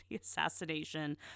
assassination